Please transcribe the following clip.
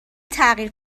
تغییر